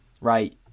right